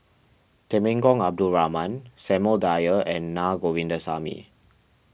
Temenggong Abdul Rahman Samuel Dyer and Na Govindasamy